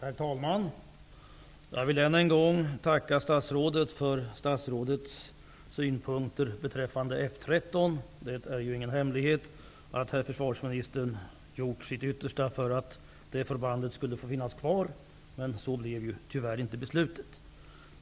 Herr talman! Jag vill än en gång tacka statsrådet för hans synpunkter beträffande F 13. Det är ingen hemlighet att försvarsministern har gjort sitt yttersta för att förbandet skulle få finnas kvar. Men så blev tyvärr inte beslutet.